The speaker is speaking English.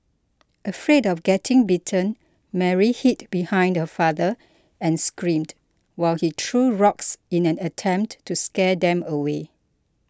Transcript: afraid of getting bitten Mary hid behind her father and screamed while he threw rocks in an attempt to scare them away